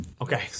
Okay